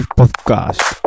podcast